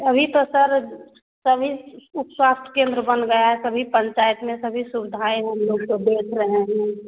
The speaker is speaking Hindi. अभी तो सर सभी उपस्वास्थ्य केंद्र बन गया है सभी पंचायत में सभी सुविधाएँ हम लोग तो देख रहे हैं न